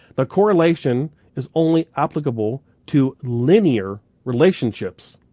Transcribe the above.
but correlation is only applicable to linear relationships.